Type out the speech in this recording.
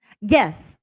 Yes